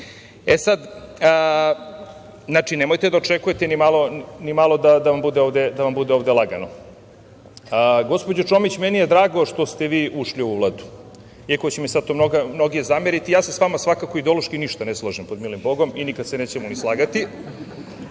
E sad, nemojte da očekujete ni malo da vam ovde bude lagano. Gospođo Čomić, meni je drago što ste vi ušli u ovu Vladu, iako će mi sada to mnogi zameriti, ja se sa vama svakako ideološki ništa ne slažem pod milim Bogom i nikada se nećemo ni slagati,